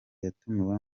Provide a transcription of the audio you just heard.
yatumiwe